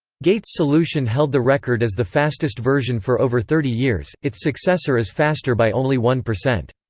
gates' solution held the record as the fastest version for over thirty years its successor is faster by only one percent.